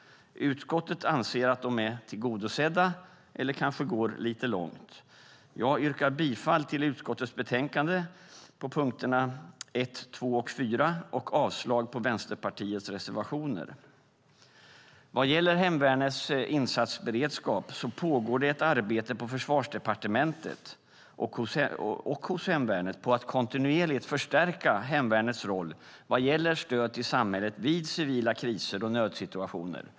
Utskottet anser att de är tillgodosedda eller kanske går lite långt. Jag yrkar bifall till utskottets förslag under punkterna 1, 2 och 4 och avslag på Vänsterpartiets reservationer. Vad gäller hemvärnets insatsberedskap pågår det ett arbete på Försvarsdepartementet och hos hemvärnet med att kontinuerligt förstärka hemvärnets roll vad gäller stöd till samhället vid civila kriser och nödsituationer.